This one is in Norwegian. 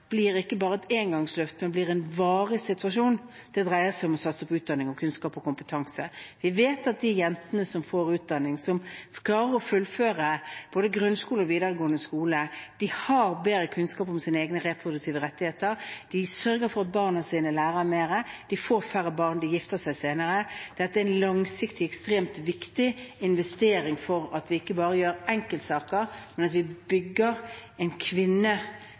ikke bare blir et engangsløft, men en varig situasjon, dreier seg om å satse på utdanning, kunnskap og kompetanse. Vi vet at de jentene som får utdanning, som klarer å fullføre både grunnskole og videregående skole, har bedre kunnskap om sine egne reproduktive rettigheter, de sørger for at barna deres lærer mer, de får færre barn og gifter seg senere. Dette er en langsiktig, ekstremt viktig investering for ikke bare enkeltsaker, men for at vi bygger en